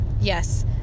Yes